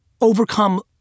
overcome